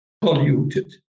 Polluted